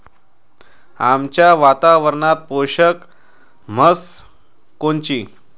आमच्या वातावरनात पोषक म्हस कोनची?